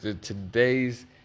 today's